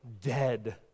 dead